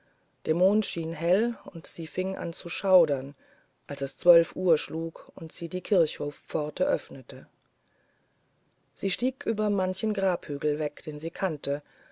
der mond schien hell und sie fing an zu schaudern als es zwölf uhr schlug und sie die kirchhofpforte öffnete sie stieg über manchen grabhügel weg den sie kannte